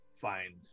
find